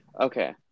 Okay